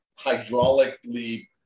hydraulically